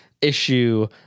issue